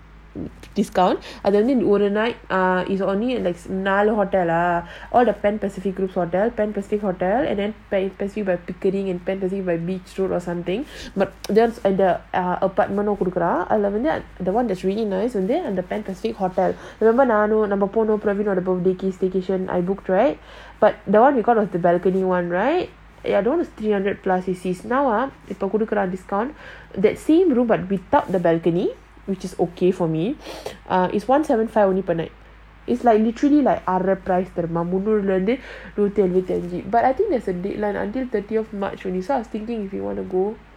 discount அதுவந்துஒரு:adhu vandhu oru night ah is only like another hotel lah all the pan pacific hotel pan pacific hotel and then pan pacific and pan pacific by beach road or something but that's அந்த:andha the one that's really nice and then at the pan pacific hotel remember கொடுக்குறன்:kodukuren birthday staycation I book right but that one because of the balcony one right ya that one is three hundred plus now ah இப்பகொடுக்குறன்:ipa kodukuren that same room but without balcony which is okay for me ah is one seven five only per night is like literally போனேன்:ponen but I think there's a deadline until thirtieth march only so I was thinking if you wanna go